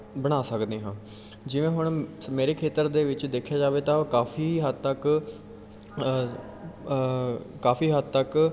ਬਣਾ ਸਕਦੇ ਹਾਂ ਜਿਵੇਂ ਹੁਣ ਮੇਰੇ ਖੇਤਰ ਦੇ ਵਿੱਚ ਦੇਖਿਆ ਜਾਵੇ ਤਾਂ ਉਹ ਕਾਫੀ ਹੱਦ ਤੱਕ ਕਾਫੀ ਹੱਦ ਤੱਕ